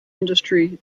industry